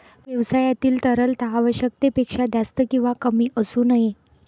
व्यवसायातील तरलता आवश्यकतेपेक्षा जास्त किंवा कमी असू नये